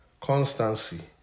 constancy